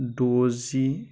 द'जि